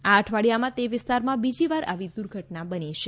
આ અઠવાડિયામાં તે વિસ્તારમાં બીજી વાર આવી દુર્ઘટના બની છે